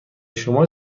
شما